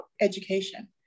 education